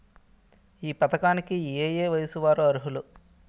ఈ పథకానికి ఏయే వయస్సు వారు అర్హులు?